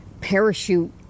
parachute